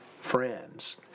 friends